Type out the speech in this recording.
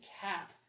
cap